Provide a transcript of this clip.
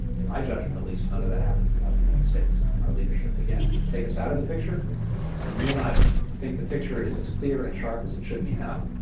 in my judgment at least none of that happens without the united states and our leadership, again. take us out of the picture and ah you may not think the picture is as clear and sharp as it should be now,